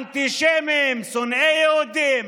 אנטישמים, שונאי יהודים,